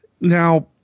Now